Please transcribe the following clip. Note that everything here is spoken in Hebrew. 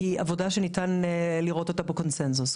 היא עבודה שניתן לראות אותה בקונצנזוס.